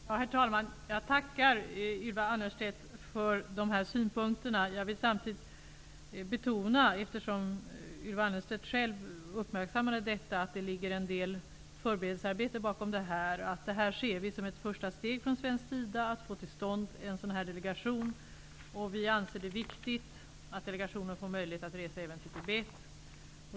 Herr talman! Jag tackar Ylva Annerstedt för dessa synpunkter. Samtidigt vill jag betona, eftersom Ylva Annerstedt själv uppmärksammade detta, att det ligger en del förberedelsearbete bakom. Det som sker är liksom ett första steg från svensk sida för att få till stånd en delegation. Vi anser det viktigt att delegationen får möjlighet att resa även till Tibet.